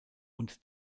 und